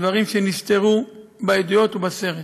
דברים שנסתרו בעדויות ובסרט.